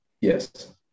Yes